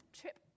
trip